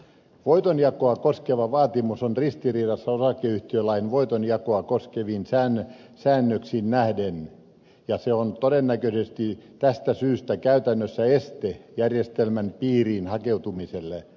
voitonjakoa koskeva vaatimus on ristiriidassa osakeyhtiölain voitonjakoa koskeviin säännöksiin nähden ja se on todennäköisesti tästä syystä käytännössä este järjestelmän piiriin hakeutumiselle